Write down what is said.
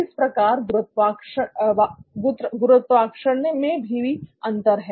इस प्रकार गुरुत्वाकर्षण में भी अंतर है